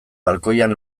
balkoian